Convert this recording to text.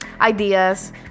ideas